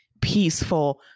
peaceful